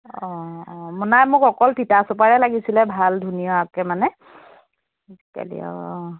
অঁ অঁ নাই মোক অকল তিতাচপাৰে লাগিছিলে ভাল ধুনীয়াকৈ মানে আজিকালি আৰু অঁ